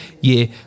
year